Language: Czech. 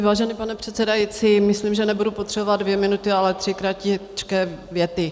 Vážený pane předsedající, myslím, že nebudu potřebovat dvě minuty, ale tři kratičké věty.